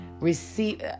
receive